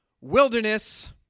wilderness